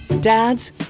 Dads